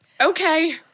Okay